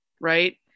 right